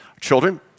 Children